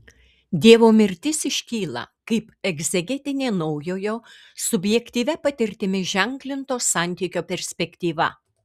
dievo mirtis iškyla kaip egzegetinė naujojo subjektyvia patirtimi ženklinto santykio perspektyva